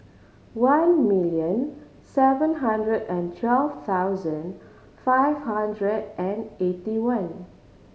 one million seven hundred and twelve thousand five hundred and eighty one